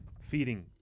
feeding